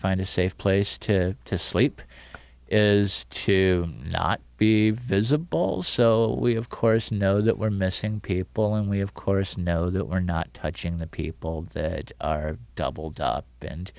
find a safe place to sleep is to not be visible so we of course know that we're missing people and we of course know that we're not touching the people that are doubled up